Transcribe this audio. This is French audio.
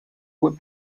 voie